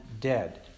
dead